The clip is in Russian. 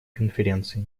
конференции